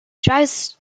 drives